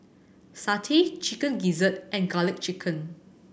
satay Chicken Gizzard and Garlic Chicken